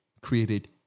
created